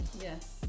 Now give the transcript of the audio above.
Yes